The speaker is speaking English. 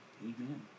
Amen